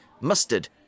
mustard